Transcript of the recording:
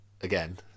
again